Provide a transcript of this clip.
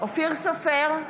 אופיר סופר,